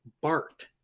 Bart